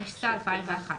התשס"א-2001.